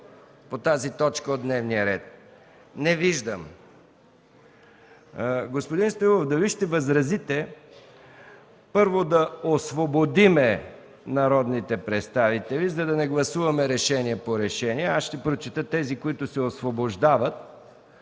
по тази точка от дневния ред? Не виждам. Господин Стоилов, дали ще възразите първо да освободим народните представителите, за да не гласуваме решение по решение? Ще прочета тези, които се освобождават,